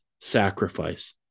sacrifice